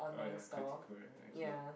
oh ya okay